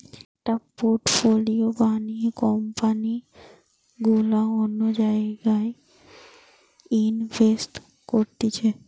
একটা পোর্টফোলিও বানিয়ে কোম্পানি গুলা অন্য জায়গায় ইনভেস্ট করতিছে